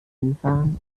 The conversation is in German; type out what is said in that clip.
hinfahren